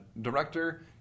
Director